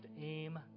aim